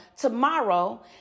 tomorrow